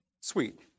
Sweet